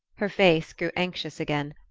her face grew anxious again.